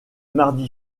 mardi